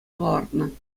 палӑртнӑ